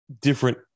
different